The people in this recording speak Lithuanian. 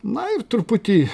na ir truputį